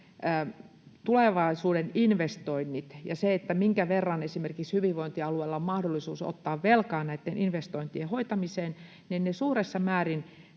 tulevaisuuden investoinnit ja se, minkä verran esimerkiksi hyvinvointialueella on mahdollisuus ottaa velkaa näitten investointien hoitamiseen, suuressa määrin